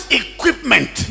equipment